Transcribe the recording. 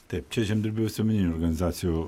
taip čia žemdirbių visuomeninių organizacijų